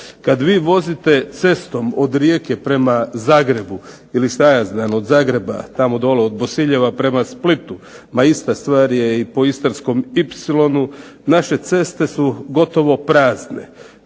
se vi vozite cestom od Rijeke prema Zagrebu, ili od Zagreba prema Splitu, ma ista stvar je po Istarskom ipsilonu, naše ceste su gotovo prazne,